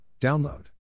Download